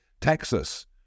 Texas